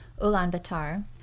Ulaanbaatar